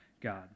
God